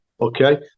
okay